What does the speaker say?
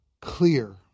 clear